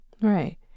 Right